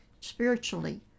spiritually